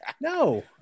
No